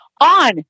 on